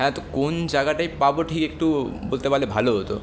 হ্যাঁ তো কোন জায়গাটায় পাবো ঠিক একটু বলতে পারলে ভালো হতো